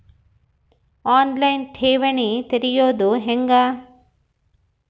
On line ಠೇವಣಿ ತೆರೆಯೋದು ಹೆಂಗ?